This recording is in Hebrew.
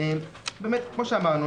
באמת כמו שאמרנו,